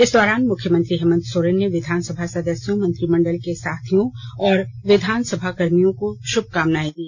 इस दौरान मुख्यमंत्री हेमंत सोरेन ने विधानसभा सदस्यों मंत्रीमंडल के सार्थियों और विधानसभा कर्मियों को शुभकामनाएँ दी